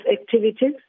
activities